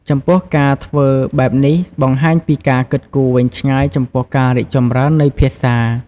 ចំពោះការធ្វើបែបនេះបង្ហាញពីការគិតគូរវែងឆ្ងាយចំពោះការរីកចម្រើននៃភាសា។